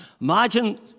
Imagine